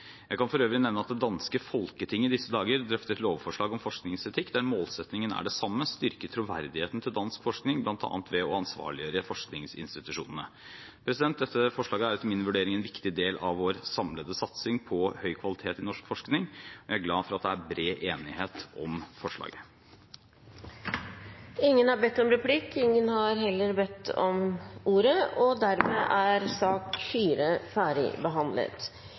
Jeg kan for øvrig nevne at det danske Folketinget i disse dager drøfter et lovforslag om forskningsetikk der målsettingen er det samme: styrke troverdigheten til dansk forskning, bl.a. ved å ansvarliggjøre forskningsinstitusjonene. Dette forslaget er etter min vurdering en viktig del av vår samlede satsing på høy kvalitet i norsk forskning. Jeg er glad for at det er bred enighet om forslaget. Flere har ikke bedt om ordet til sak nr. 4. Etter ønske fra kirke-, utdannings- og